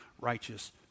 righteous